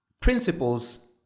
Principles